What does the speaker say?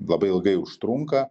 labai ilgai užtrunka